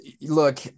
look